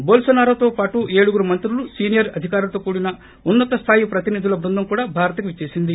బోల్సనారోతో పాటు ఏడుగురు మంత్రులు సీనియర్ అధికారులతో కూడిన ఉన్నత స్థాయి ప్రతినిధుల బృందం కూడా భారత్కు విచ్చేసింది